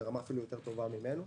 אנחנו ברמה אפילו טובה יותר ממנו.